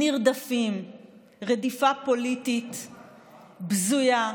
נרדפים רדיפה פוליטית בזויה,